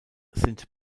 sind